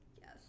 yes